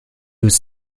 was